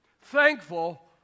thankful